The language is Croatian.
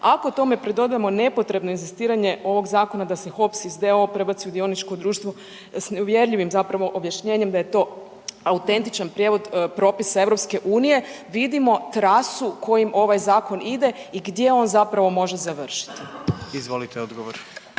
Ako tome pridodamo nepotrebno inzistiranje ovog zakona da se HOSP iz d.o.o. prebaci u dioničko društvo s neuvjerljivim zapravo objašnjenjem da je to autentičan prijevod propisa EU vidimo da trasu kojom ovaj zakon ide i gdje on zapravo može završiti. **Jandroković,